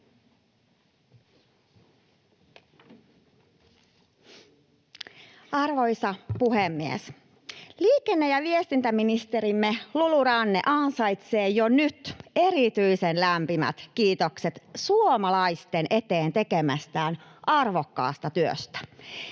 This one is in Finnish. Arvoisa puhemies! Liikenne- ja viestintäministerimme Lulu Ranne ansaitsee jo nyt erityisen lämpimät kiitokset suomalaisten eteen tekemästään arvokkaasta työstä.